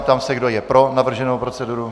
Ptám se, kdo je pro navrženou proceduru.